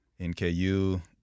NKU